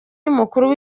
y’umukuru